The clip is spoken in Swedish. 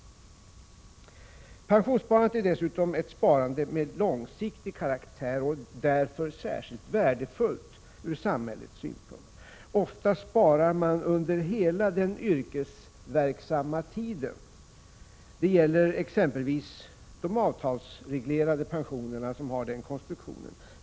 Pensionssparandet är dessutom ett sparande med långsiktig karaktär, och det är därför särskilt värdefullt ur samhällets synpunkt. Ofta sparar man under hela den yrkesverksamma tiden; de avtalsreglerade pensionerna har t.ex. den konstruktionen.